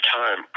time